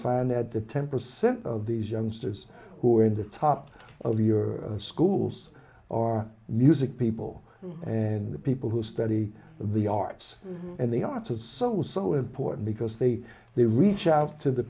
find that the ten percent of these youngsters who are in the top of your schools are music people and the people who study the arts and the art of soul was so important because they they reach out to the